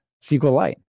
SQLite